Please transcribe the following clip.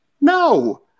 No